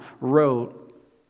wrote